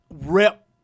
rep